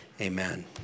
Amen